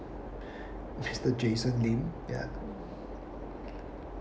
mister jason lim ya